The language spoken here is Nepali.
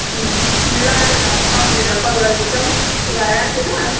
ल ल सम्झिएर कल गरेछौ ल राखेँ ल